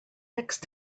next